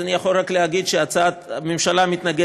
אז אני יכול רק להגיד שהממשלה מתנגדת